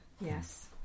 yes